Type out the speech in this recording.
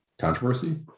Controversy